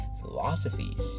philosophies